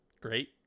great